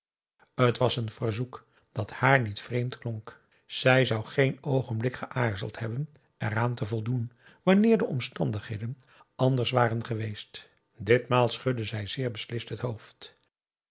t was een verzoek dat haar niet vreemd klonk zij zou geen oogenblik geaarzeld hebben eraan te voldoen wanneer de omstandigheden anders waren geweest ditmaal schudde zij zeer beslist het hoofd